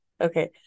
Okay